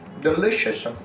delicious